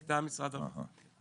משרד הרווחה.